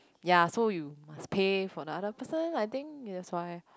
ya so you must pay for the other person I think that's why